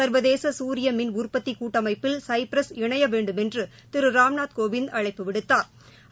ள்வதேசசூரியமின் உற்பத்திகூட்டமைப்பில் சைபிரஸ் இணையவேண்டுமென்றுதிருராம்நாத் கோவிந்த் அழைப்புவிடுத்தாா்